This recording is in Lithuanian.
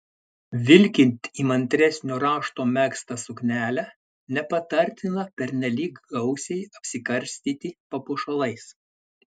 vilkint įmantresnio rašto megztą suknelę nepatartina pernelyg gausiai apsikarstyti papuošalais